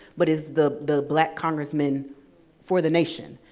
but is the the black congressman for the nation.